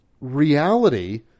reality